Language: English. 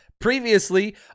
Previously